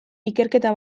ikerketa